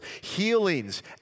healings